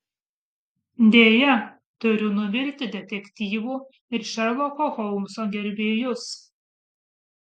deja turiu nuvilti detektyvų ir šerloko holmso gerbėjus